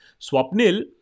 Swapnil